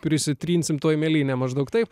prisitrinsim tuoj mėlynė maždaug taip